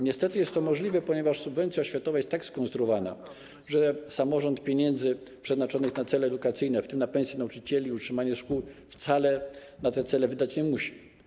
Niestety jest to możliwe, ponieważ subwencja oświatowa jest tak skonstruowana, że samorząd pieniędzy przeznaczonych na cele edukacyjne, w tym na pensje dla nauczycieli i na utrzymanie szkół, wcale na te cele wydać nie musi.